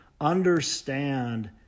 Understand